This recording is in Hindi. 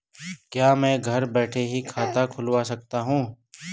क्या मैं घर बैठे ही खाता खुलवा सकता हूँ?